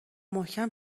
محکم